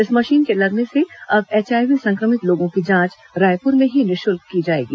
इस मशीन के लगने से अब एचआईव्ही संक्रमित लोगों की जांच रायपुर में ही निःशुल्क की जाएगी